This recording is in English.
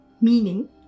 meaning